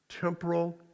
temporal